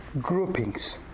groupings